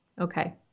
Okay